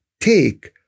take